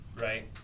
Right